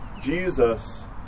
Jesus